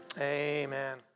Amen